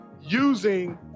using